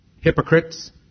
hypocrites